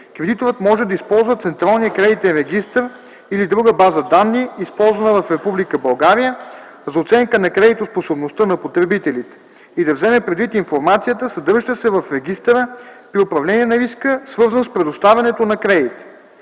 кредиторът може да използва Централния кредитен регистър или друга база данни, използвана в Република България за оценка на кредитоспособността на потребителите, и да вземе предвид информацията, съдържаща се в регистъра, при управление на риска, свързан с предоставянето на кредита.